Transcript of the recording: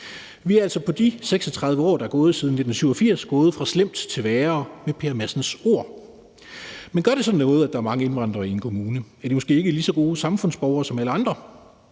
Vi er altså på de 36 år, der er gået, siden 1987 med Per Madsens ord gået fra slemt til værre. Men gør det så noget, at der er mange indvandrere i en kommune? Er de måske ikke lige så gode samfundsborgere som alle mulige